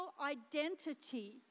identity